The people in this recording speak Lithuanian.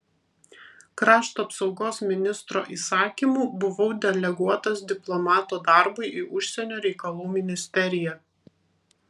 krašto apsaugos ministro įsakymu buvau deleguotas diplomato darbui į užsienio reikalų ministeriją